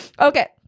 Okay